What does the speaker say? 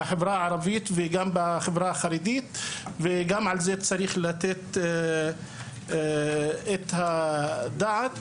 בחברה הערבית וגם בחברה החרדית וגם על זה צריך לתת את הדעת.